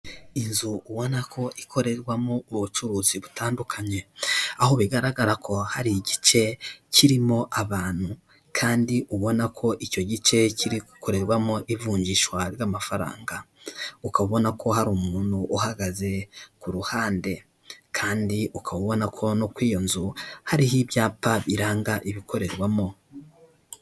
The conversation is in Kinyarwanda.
Inzu ubona ko ikorerwamo ubucuruzi butandukanye aho bigaragara ko hari igice kirimo abantu kandi ubona ko icyo gice kiri gukorerwamo ivunjishwa ry'amafaranga, ukaba ubona ko hari umuntu uhagaze ku ruhande kandi ukaba ubona ko no ku iyo nzu hariho ibyapa biranga ibikorerwamo.